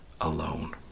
alone